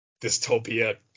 dystopia